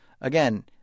Again